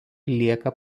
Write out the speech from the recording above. lieka